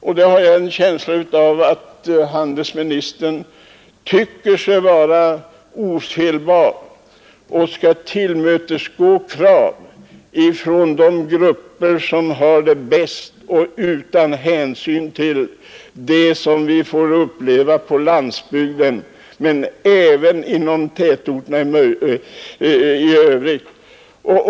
Jag har en känsla av att handelsministern tycker sig vara ofelbar när han tillmötesgår krav från de grupper som har det bäst och inte tar hänsyn till de förhållanden som råder huvudsakligen på landsbygden men även inom tätorterna.